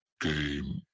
game